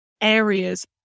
areas